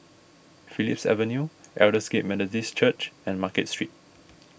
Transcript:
Phillips Avenue Aldersgate Methodist Church and Market Street